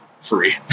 Free